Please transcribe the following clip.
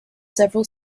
several